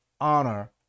honor